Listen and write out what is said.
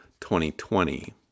2020